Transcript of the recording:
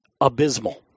Abysmal